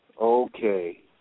Okay